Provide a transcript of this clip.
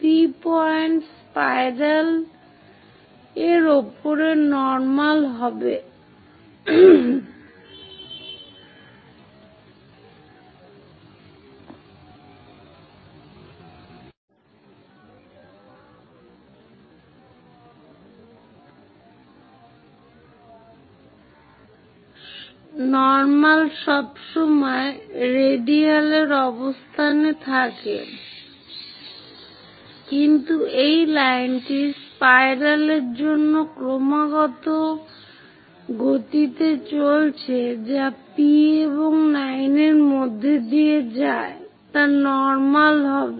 P point spiral এর উপর normal হবে নর্মাল সবসময় রেডিয়াল অবস্থানে থাকে কিন্তু এই লাইনটি স্পাইরাল এর জন্য ক্রমাগত গতিতে চলেছে যা P এবং N এর মধ্য দিয়ে যায় তা নর্মাল হবে